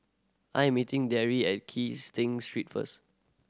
I'm meeting Darry at Kee Sting Street first